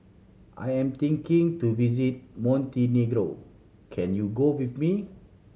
I am thinking to visiting Montenegro can you go with me